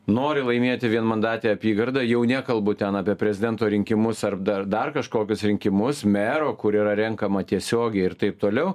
nori laimėti vienmandatę apygardą jau nekalbu ten apie prezidento rinkimus ar dar dar kažkokius rinkimus mero kur yra renkama tiesiogiai ir taip toliau